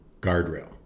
guardrail